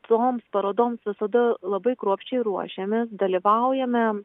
toms parodoms visada labai kruopščiai ruošiamės dalyvaujame